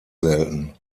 selten